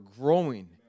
growing